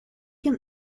can